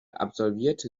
absolvierte